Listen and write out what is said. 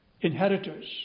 inheritors